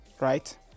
right